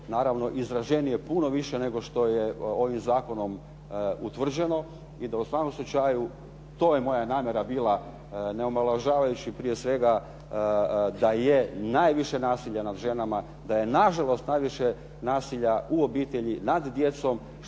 naravno izraženije puno više nego što je ovim zakonom utvrđenom i da u svakom slučaju to je moja namjera bila, ne omalovažavajući prije svega da je najviše nasilja nad ženama, da je na žalost najviše nasilja u obitelji nad djecom,